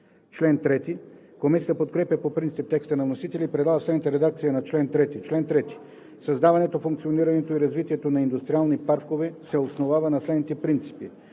Раздел I. Комисията подкрепя по принцип текста на вносителя и предлага следната редакция на чл. 3: „Чл. 3. Създаването, функционирането и развитието на индустриални паркове се основава на следните принципи: